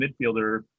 midfielder